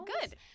Good